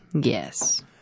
Yes